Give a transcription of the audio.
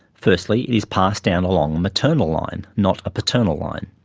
firstly it is passed down along a maternal line, not a paternal line,